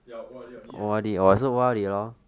ya O_R_D liao 你 leh